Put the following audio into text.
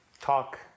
Talk